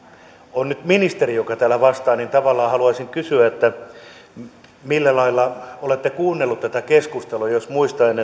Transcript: on nyt ministeri joka täällä vastaa niin tavallaan haluaisin kysyä millä lailla olette kuunnellut tätä keskustelua muistaen